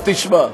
עכשיו תשמע.